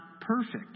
perfect